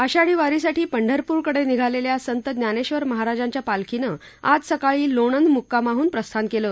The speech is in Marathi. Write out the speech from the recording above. आषाठी वारीसाठी पंढरपूरकडे निघालेल्या संत ज्ञानेधर महाराजांच्या पालखीने आज सकाळी लोणंद मुक्कामाहन प्रस्थान केलं